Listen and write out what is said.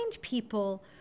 people